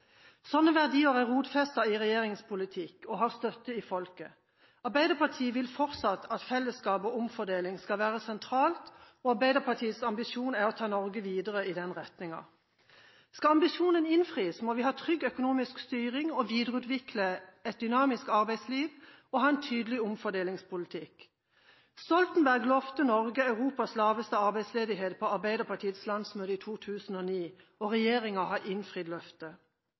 Sånne verdier er rotfestet i regjeringens politikk og har støtte i folket. Arbeiderpartiet vil fortsatt at fellesskap og omfordeling skal være sentralt, og Arbeiderpartiets ambisjon er å ta Norge videre i den retningen. Skal ambisjonen innfris, må vi ha trygg økonomisk styring, videreutvikle et dynamisk arbeidsliv og ha en tydelig omfordelingspolitikk. Stoltenberg lovet Norge Europas laveste arbeidsledighet på Arbeiderpartiets landsmøte i 2009, og regjeringen har innfridd løftet.